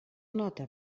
nota